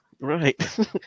Right